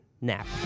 Nap